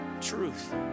truth